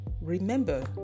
remember